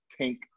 pink